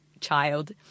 child